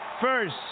first